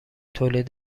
تولید